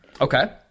okay